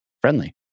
friendly